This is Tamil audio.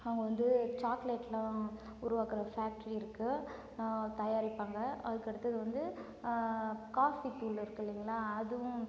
அங்கே வந்து சாக்லேட்லாம் உருவாக்குற ஃபேக்ட்ரி இருக்குது தயாரிப்பாங்கள் அதுக்கடுத்தது வந்து காஃபி தூள் இருக்குது இல்லைங்களா அதுவும்